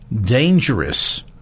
dangerous